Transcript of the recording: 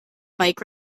bike